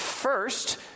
First